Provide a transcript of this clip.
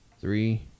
three